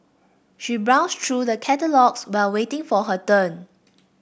she browsed through the catalogues while waiting for her turn